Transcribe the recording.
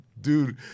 dude